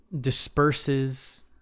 disperses